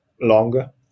longer